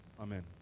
Amen